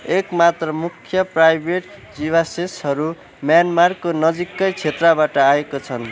एकमात्र मुख्य प्राइभेट जीवावशेषहरू म्यानमारको नजिकै क्षेत्रबाट आएका छन्